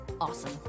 awesome